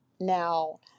Now